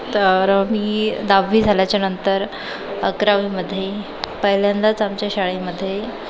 तर मी दहावी झाल्याच्यानंतर अकरावीमधे पहिल्यांदाच आमच्या शाळेमध्ये